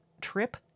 Trip